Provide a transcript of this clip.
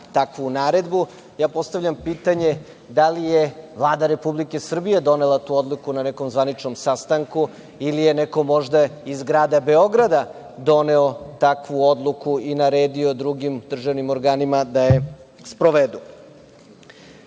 takvu naredbu. Ja postavljam pitanje – da li je Vlada Republike Srbije donela tu odluku na nekom zvaničnom sastanku ili je neko možda iz Grada Beograda doneo takvu odluku i naredio drugim državnim organima da je sprovedu? Mislim